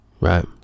Right